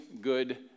good